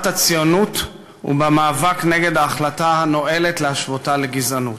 הציונות ובמאבק נגד ההחלטה הנואלת להשוותה לגזענות.